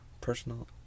Personal